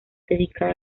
dedicada